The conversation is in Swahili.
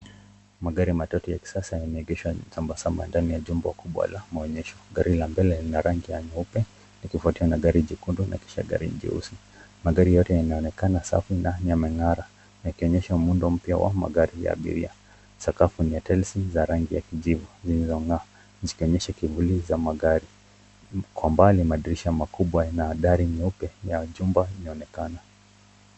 Magari matatu ya kisasa yameegeshwa ndani ya jumba kubwa la maonyesho. Gari la mbele lina rangi nyeupe likifuatiwa na gari jekundu na kisha gari jeusi. Magari yote yanaonekana safi na yameng'ara, yakionyesha muundo mpya wa magari ya abiria. Sakafu ni ya telsi za rangi ya kijivu zilizong'aa zikionyesha kivuli cha magari. Kwa mbali madirisha makubwa na dari nyeupe ya jumba inaonekana.